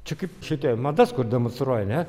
čia kaip šitie madas kur demonstruoja ne